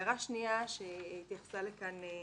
הערה שנייה זו הערה שהתייחסה אליה כאן